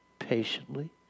patiently